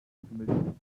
permission